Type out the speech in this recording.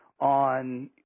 on –